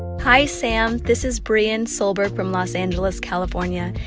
hi, sam. this is brianne silber from los angeles, calif. um yeah